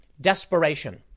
Desperation